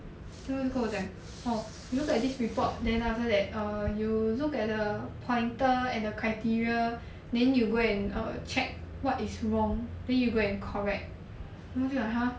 就跟我讲 orh you look at this report then after that err you look at the pointer and the criteria then you go and err check what is wrong then you go and correct then 我就 !huh!